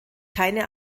keine